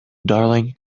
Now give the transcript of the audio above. darling